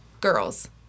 girls